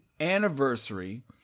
anniversary